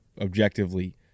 objectively